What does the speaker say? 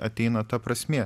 ateina ta prasmė